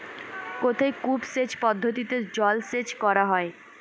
কোথায় কূপ সেচ পদ্ধতিতে জলসেচ করা হয়?